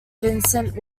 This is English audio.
vincent